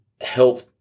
help